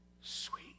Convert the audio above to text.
sweet